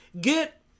Get